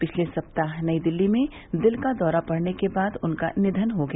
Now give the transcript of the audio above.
पिछले सप्ताह नई दिल्ली में दिल का दौरा पड़ने के बाद उनका निधन हो गया